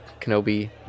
Kenobi